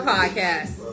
Podcast